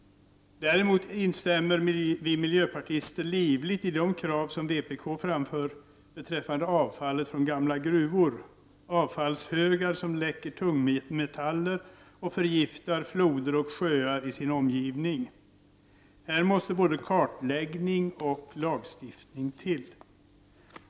Däremot instämmer vi miljöpartister livligt i de krav som vpk framför beträffande avfallet från gamla gruvor — avfallshögar som läcker tungmetaller och förgiftar floder och sjöar i sin omgivning. Här måste både kartläggning och lagstiftning till.